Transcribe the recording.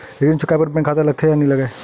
ऋण चुकाए बार बैंक खाता लगथे या नहीं लगाए?